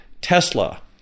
Tesla